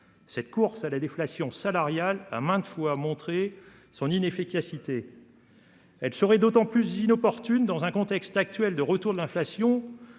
Cette course à la déflation salariale a maintes fois montré son inefficacité. Elle serait d'autant plus inopportune dans un contexte actuel de retour de l'inflation